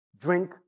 drink